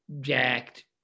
jacked